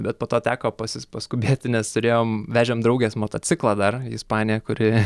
bet po to teko pasis paskubėti nes turėjom vežėm draugės motociklą dar į ispaniją kuri